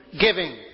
Giving